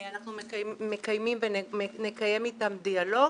אנחנו מקיימים ונקיים איתם דיאלוג